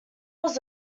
was